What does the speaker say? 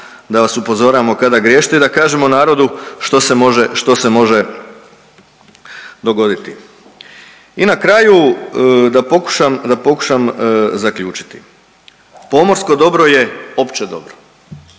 da vas upozoravamo kada griješite i da kažemo narodu što se može, što se može dogoditi. I na kraju da pokušam, da pokušam zaključiti. Pomorsko dobro je opće dobro.